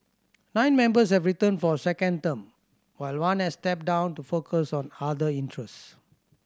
nine members have returned for a second term while one has stepped down to focus on other interest